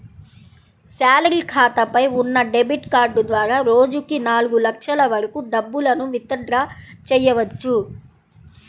salary ఖాతాపై ఉన్న debit card ద్వారా రోజుకి నాలుగు లక్షల వరకు డబ్బులను విత్ డ్రా చెయ్యవచ్చు